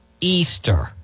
Easter